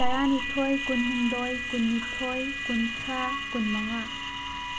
ꯇꯔꯥꯅꯤꯊꯣꯏ ꯀꯨꯟꯍꯨꯝꯗꯣꯏ ꯀꯨꯟꯅꯤꯊꯣꯏ ꯀꯨꯟꯊ꯭ꯔꯥ ꯀꯨꯟꯃꯉꯥ